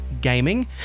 gaming